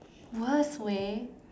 worst way